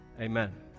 Amen